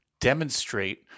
demonstrate